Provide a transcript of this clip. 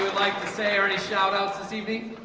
like to say already shoutouts this evening